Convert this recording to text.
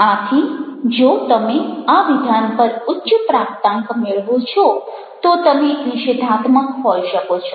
આથી જો તમે આ વિધાન પર ઉચ્ચ પ્રાપ્તાંક મેળવો છો તો તમે નિષેધાત્મક હોઈ શકો છો